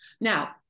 now